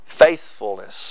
Faithfulness